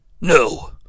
No